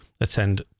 attend